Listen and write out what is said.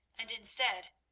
and, instead,